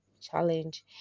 challenge